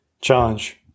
challenge